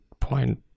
point